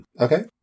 Okay